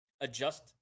adjust